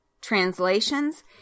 translations